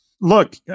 Look